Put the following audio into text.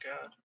god